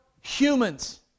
humans